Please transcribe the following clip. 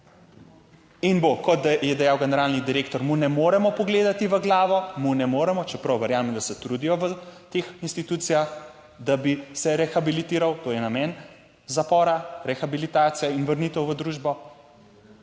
in bo, kot je dejal generalni direktor, mu ne moremo pogledati v glavo, mu ne moremo, čeprav verjamem, da se trudijo v teh institucijah, da bi se rehabilitiral, to je namen zapora, rehabilitacija in vrnitev v družbo,